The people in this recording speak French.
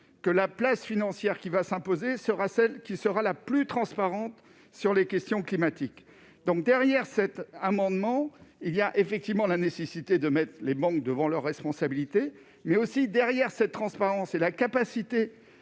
que la place financière qui va s'imposer sera celle qui sera la plus transparente sur les questions climatiques donc derrière cet amendement, il y a effectivement la nécessité de mettre les banques devant leurs responsabilités, lui aussi, derrière cette transparence et la capacité